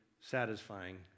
satisfying